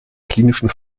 klinischen